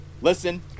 Listen